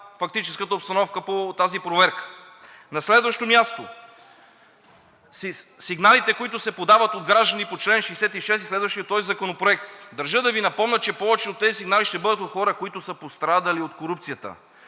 фактическата обстановка по тази проверка. На следващо място. Сигналите, които се подават от граждани по чл. 66 и следващия – този законопроект, държа да Ви напомня, че повече от тези сигнали ще бъдат от хора, които са пострадали от корупцията.